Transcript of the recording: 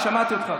שמעתי אותך.